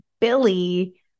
Billy